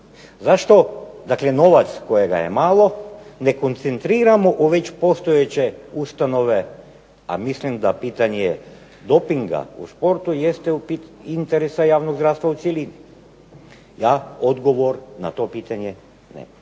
Zašto dakle novac kojega je malo ne koncentriramo u već postojeće ustanove, a mislim da pitanje dopinga u sportu jeste interesa javnog zdravstva u cjelini. Ja odgovor na to pitanje nemam.